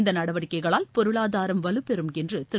இந்தநடவடிக்கைகளால் பொருளாதாரம் வலுப்பெறும்என்றுதிரு